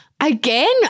again